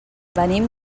venim